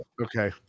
okay